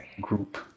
Group